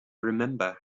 remember